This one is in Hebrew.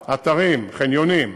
אתרים, חניונים,